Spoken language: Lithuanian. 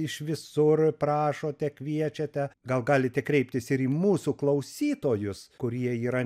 iš visur prašote kviečiate gal galite kreiptis ir į mūsų klausytojus kurie yra